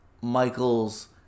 Michael's